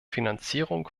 finanzierung